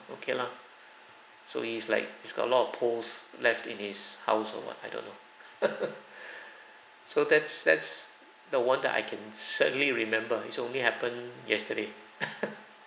okay lah so he's like he's got a lot of poles left in his house or what I don't know so that's that's the one that I can certainly remember it's only happened yesterday